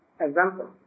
example